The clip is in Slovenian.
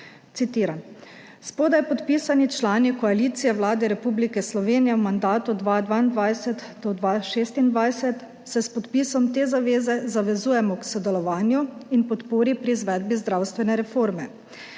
citiram: "Spodaj podpisani člani koalicije Vlade Republike Slovenije v mandatu 2022 do 2026 se s podpisom te zaveze zavezujemo k sodelovanju in podpori pri izvedbi zdravstvene reforme.